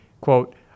quote